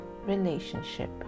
relationship